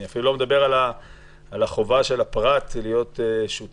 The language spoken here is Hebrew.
אני אפילו לא מדובר על החובה של הפרט להיות שותף.